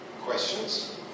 questions